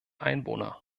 einwohner